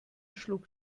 schlug